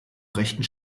rechten